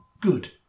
good